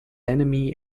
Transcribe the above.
enemy